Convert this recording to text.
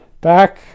back